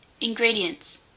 Ingredients